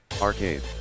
Arcade